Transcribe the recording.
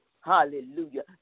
hallelujah